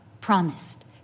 promised